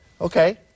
Okay